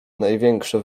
największe